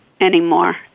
anymore